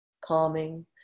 calming